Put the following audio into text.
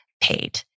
Paid